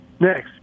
Next